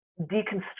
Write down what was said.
deconstruct